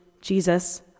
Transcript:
Jesus